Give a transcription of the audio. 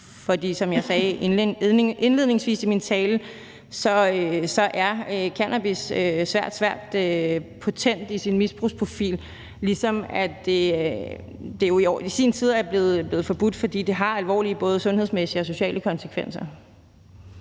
for som jeg sagde indledningsvis i min tale, er cannabis svært potent i sin misbrugsprofil. Det blev i sin tid forbudt, fordi det har alvorlige både sundhedsmæssige og sociale konsekvenser.